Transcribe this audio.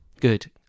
Good